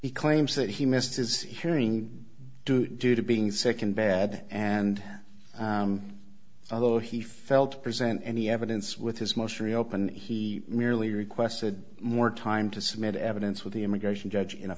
he claims that he missed his hearing due due to being second bad and fellow he felt present any evidence with his most reopened he merely requested more time to submit evidence with the immigration judge in a